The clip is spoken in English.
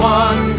one